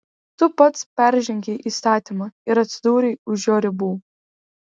tu pats peržengei įstatymą ir atsidūrei už jo ribų